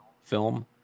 film